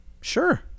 sure